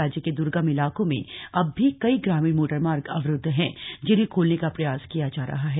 राज्य के दुर्गम इलाकों में अब भी कई ग्रामीण मोटरमार्ग अवरुद्ध हैं जिन्हें खोलने का प्रयास किया जा रहा है